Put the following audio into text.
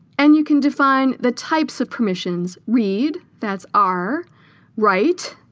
and you can define the types of permissions read, that's r right,